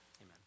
Amen